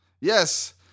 Yes